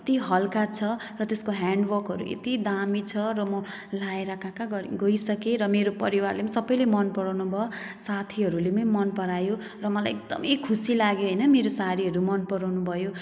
यति हल्का छ र त्यसको हेन्डवर्कहरू यति दामी छ र म लगाएर कहाँ कहाँ गइसकेँ र मेरो परिवारले पनि सबैले मन पराउनु भयो साथीहरूले पनि मन परायो र मलाई एदकमै खुसी लाग्यो होइन मेरो साडीहरू मन पराउनु भयो